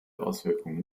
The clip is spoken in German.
auswirkungen